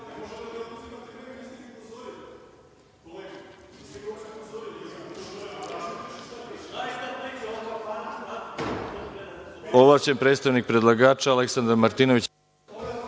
ovlašćen predstavnik predlagača. **Aleksandar Martinović**